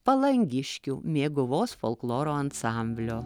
palangiškių mėguvos folkloro ansamblio